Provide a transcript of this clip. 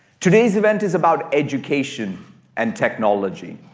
today's event is about education and technology.